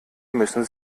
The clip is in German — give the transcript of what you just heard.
müssen